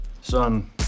son